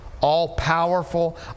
all-powerful